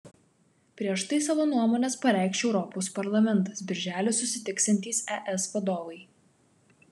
prieš tai savo nuomones pareikš europos parlamentas birželį susitiksiantys es vadovai